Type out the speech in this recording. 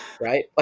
right